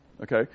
Okay